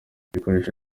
bikoresho